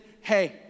hey